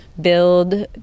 build